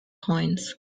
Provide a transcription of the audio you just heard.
coins